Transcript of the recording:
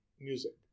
music